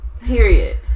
period